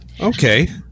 okay